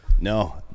No